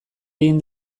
egin